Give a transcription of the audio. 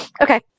Okay